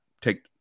take